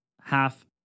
half